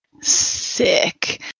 Sick